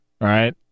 right